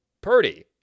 Purdy